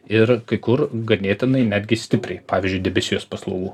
ir kai kur ganėtinai netgi stipriai pavyzdžiui debesijos paslaugų